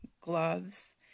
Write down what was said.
gloves